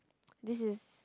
this is